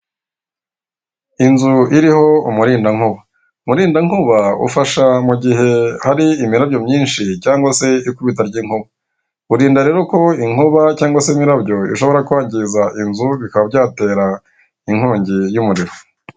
Inzu iriho umurinda nkuba. Umurinda nkuba ufasha mugihe hari imirabyo myinshi cyangwa se ikubita ry'inkuba, urinda rero ko inkuba cyangwa se imirabyo ishobora kwangiza inzu bikaba byatera inkongi y'umuriro.